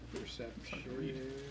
Perception